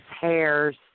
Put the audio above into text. hairs